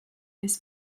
this